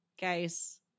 guys